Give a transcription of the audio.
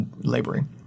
laboring